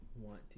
want